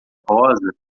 rosa